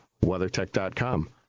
WeatherTech.com